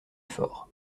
fort